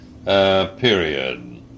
Period